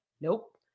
nope